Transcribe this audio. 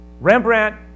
Rembrandt